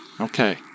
Okay